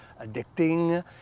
addicting